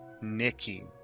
Nikki